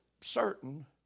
certain